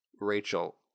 Rachel